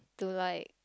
to like